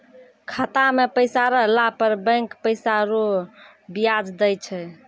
खाता मे पैसा रहला पर बैंक पैसा रो ब्याज दैय छै